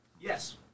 Yes